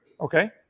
Okay